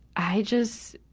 i just,